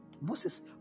Moses